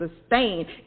sustain